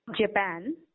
Japan